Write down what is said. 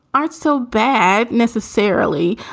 aren't so bad necessarily.